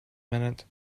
minute